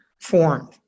formed